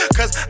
Cause